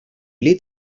lit